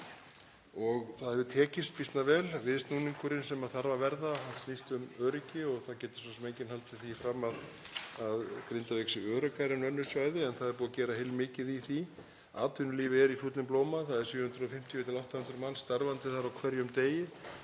það hefur tekist býsna vel. Viðsnúningurinn sem þarf að verða snýst um öryggi og það getur svo sem enginn haldið því fram að Grindavík sé öruggari en önnur svæði. En það er búið að gera heilmikið í því. Atvinnulíf er í fullum blóma. Það eru 750–800 manns starfandi þar á hverjum degi